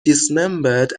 dismembered